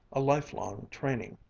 a lifelong training,